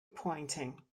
pointing